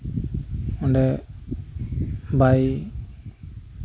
ᱚᱸᱰᱮ ᱵᱟᱭ